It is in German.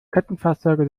kettenfahrzeuge